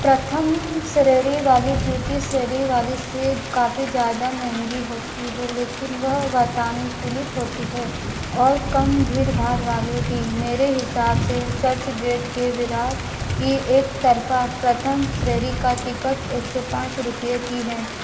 प्रथम श्रेणी वाली द्वितीय श्रेणी से काफ़ी ज़्यादा महँगी होती है लेकिन वह वातानुकूलित होती है और कम भीड़भाड़ वाले भी मेरे हिसाब से चर्च गेट के विरार की एकतरफ़ा प्रथम श्रेणी की टिकट एक सौ पाँच रुपए की है